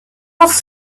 was